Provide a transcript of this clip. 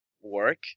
work